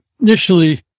Initially